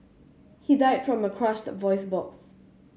he died from a crushed voice box